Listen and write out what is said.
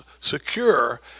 secure